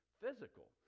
physical